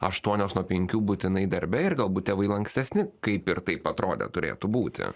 aštuonios nuo penkių būtinai darbe ir galbūt tėvai lankstesni kaip ir taip atrodė turėtų būti